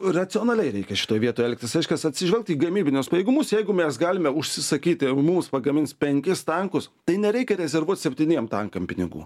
racionaliai reikia šitoj vietoj elgtis reiškias atsižvelgt į gamybinius pajėgumus jeigu mes galime užsisakyti ar mums pagamins penkis tankus tai nereikia rezervuot septyniem tankam pinigų